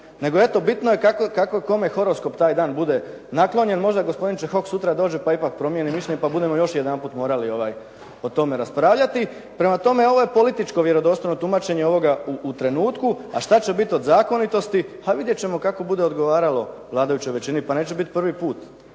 nego eto bitno je kako kome horoskop taj dan bude naklonjen, možda gospodin Čehok sutra dođe pa ipak promijeni mišljenje, pa budemo još jedanput morali o tome raspravljati. Prema tome, ovo je političko vjerodostojno tumačenje ovoga u trenutku, a šta će biti od zakonitosti, a vidjeti ćemo kako bude odgovaralo vladajućoj većini, pa neće biti prvi put,